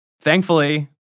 Thankfully